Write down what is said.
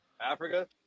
Africa